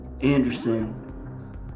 Anderson